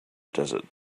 desert